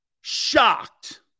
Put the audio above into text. shocked